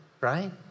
right